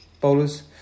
bowlers